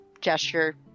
gesture